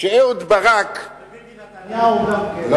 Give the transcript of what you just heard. כשאהוד ברק, וביבי נתניהו גם כן, ושר האוצר.